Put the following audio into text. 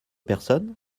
personnes